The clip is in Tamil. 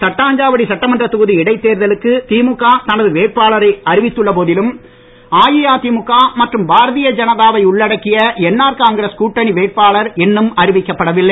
தட்டாஞ்சாவடி சட்டமன்ற தொகுதி இடைத் தேர்தலுக்கு திமுக தனது வேட்பாளரை அறிவித்துள்ள போதிலும் அஇஅதிமுக மற்றும் பாரதீய ஜனதாவை உள்ளடக்கிய என்ஆர் காங்கிரஸ் கூட்டணி வேட்பாளர் இன்னும் அறிவிக்கப்படவில்லை